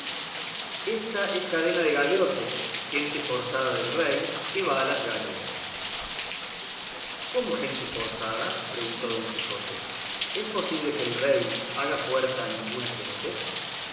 ésta es cadena de galeotes gente forzada del rey que va a las galeras cómo gente forzada preguntó don quijote es posible que el rey haga fuerza a ninguna gente